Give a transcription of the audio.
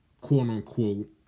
quote-unquote